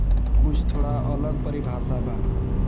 कुछ थोड़ा अलग परिभाषा बा